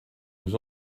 nous